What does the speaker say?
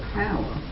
power